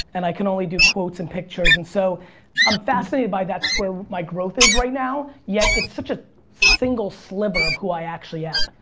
and i can only do quotes, and pictures, and so i'm fascinated by that's where my growth is right now, yet it's such a single sliver of who i actually am.